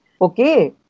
okay